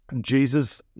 Jesus